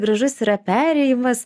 gražus yra perėjimas